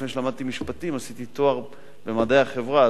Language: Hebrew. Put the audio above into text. לפני שלמדתי משפטים עשיתי תואר במדעי החברה,